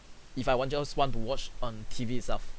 if I want just want to watch on T_V itself